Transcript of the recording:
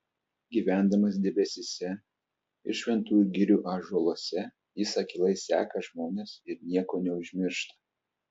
gyvendamas debesyse ir šventųjų girių ąžuoluose jis akylai seka žmones ir nieko neužmiršta